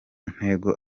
ntego